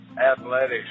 athletics